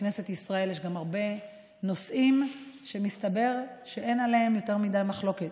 בכנסת ישראל יש גם הרבה נושאים שמסתבר שאין עליהם יותר מדי מחלוקת,